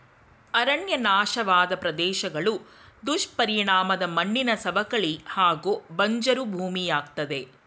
ಅರಣ್ಯ ನಾಶವಾದ್ ಪ್ರದೇಶ್ಗಳು ದುಷ್ಪರಿಣಾಮದ್ ಮಣ್ಣಿನ ಸವಕಳಿ ಹಾಗೂ ಬಂಜ್ರು ಭೂಮಿಯಾಗ್ತದೆ